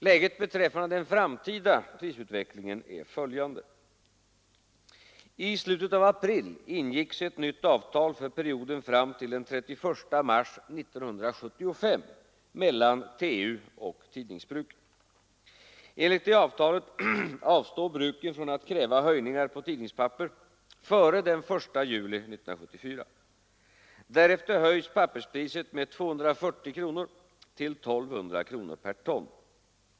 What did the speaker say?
Läget beträffande den framtida prisutvecklingen är följande. I slutet av april ingicks ett nytt avtal för perioden fram till den 31 mars 1975 mellan TU och Tidningsbruken. Enligt detta avtal avstår bruken från att kräva höjningar på tidningspapper före den 1 juli 1974. Därefter höjs papperspriset med 240 kronor till 1 200 kronor per ton.